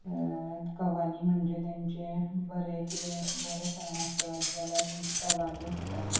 कवाली म्हणजे तेंचे बरे कितें बरो सण आसत जाल्यार तांची कवाली आसता